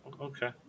okay